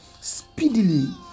speedily